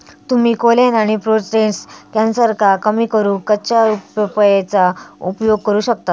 तुम्ही कोलेन आणि प्रोटेस्ट कॅन्सरका कमी करूक कच्च्या पपयेचो उपयोग करू शकतास